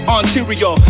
Ontario